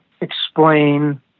explain